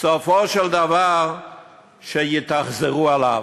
סופו של דבר שיתאכזרו אליו.